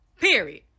Period